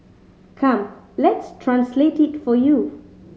come let's translate it for you